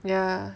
ya